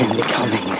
becoming